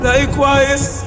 Likewise